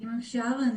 אם אפשר,